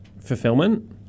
Fulfillment